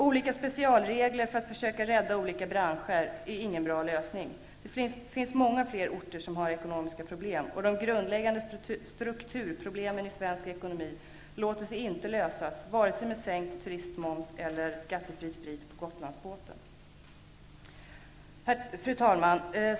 Olika specialregler för att försöka rädda olika branscher är ingen bra lösning. Det finns många fler orter som har ekonomiska problem. De grundläggande strukturproblemen i svensk ekonomi låter sig inte lösas med vare sig sänkt turistmoms eller skattefri sprit på Gotlandsbåten. Fru talman!